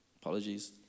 Apologies